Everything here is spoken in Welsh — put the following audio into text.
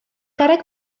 garreg